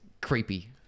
creepy